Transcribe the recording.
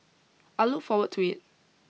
I look forward to it